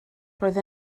roedd